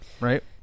right